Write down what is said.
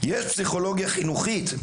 יש פסיכולוגיה חינוכית,